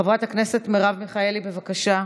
חברת הכנסת מרב מיכאלי, בבקשה.